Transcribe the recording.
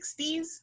60s